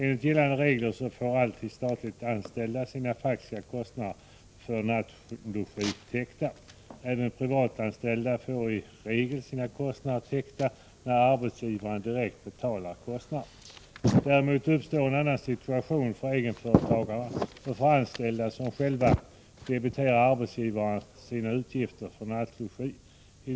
Enligt gällande regler får statligt anställda alltid sina faktiska kostnader för nattlogi täckta. Även privatanställda får i regel sina kostnader täckta, när arbetsgivaren direkt betalar dessa. Däremot uppstår en annan situation för egenföretagare och för anställda som själva debiterar arbetsgivarna sina utgifter för nattlogi.